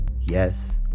Yes